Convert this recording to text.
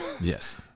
Yes